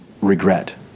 regret